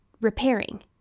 repairing